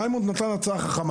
ריימונד נתן לי הצעה חכמה,